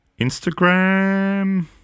Instagram